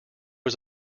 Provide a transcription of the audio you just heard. was